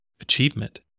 achievement